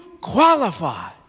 qualify